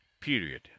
period